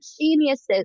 geniuses